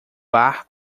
bar